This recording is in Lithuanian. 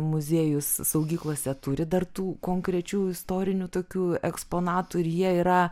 muziejus saugyklose turi dar tų konkrečių istorinių tokių eksponatų ir jie yra